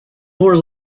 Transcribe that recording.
more